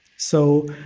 so,